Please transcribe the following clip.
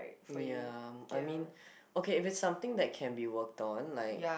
ya I mean okay if it's something that can be work on like